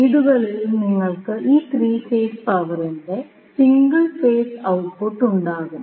വീടുകളിൽ നിങ്ങൾക്ക് ഈ 3 ഫേസ് പവറിന്റെ സിംഗിൾ ഫേസ് ഔട്ട്പുട്ട് ഉണ്ടാകും